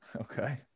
Okay